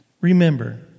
Remember